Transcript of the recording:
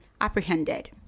apprehended